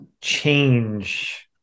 change